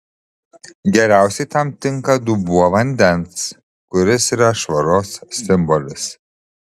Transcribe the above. geriausiai tam tinka dubuo vandens kuris yra švaros simbolis